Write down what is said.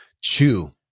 chew